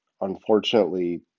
unfortunately